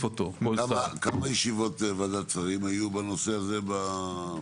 כמה ישיבות ועדת השרים היו בנושא הזה בחצי שנה האחרונה?